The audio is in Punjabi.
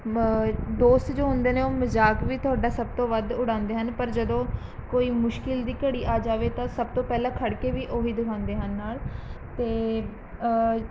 ਦੋਸਤ ਜੋ ਹੁੰਦੇ ਨੇ ਉਹ ਮਜ਼ਾਕ ਵੀ ਤੁਹਾਡਾ ਸਭ ਤੋਂ ਵੱਧ ਉਡਾਉਂਦੇ ਹਨ ਪਰ ਜਦੋਂ ਕੋਈ ਮੁਸ਼ਕਿਲ ਦੀ ਘੜੀ ਆ ਜਾਵੇ ਤਾਂ ਸਭ ਤੋਂ ਪਹਿਲਾਂ ਖੜ੍ਹਕੇ ਵੀ ਉਹੀ ਦਿਖਾਉਂਦੇ ਹਨ ਨਾਲ਼ ਅਤੇ